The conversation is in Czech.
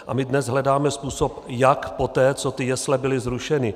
A my dnes hledáme způsob, jak poté, co ty jesle byly zrušeny.